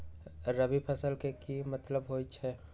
रबी फसल के की मतलब होई छई?